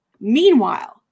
Meanwhile